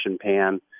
pan